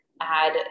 add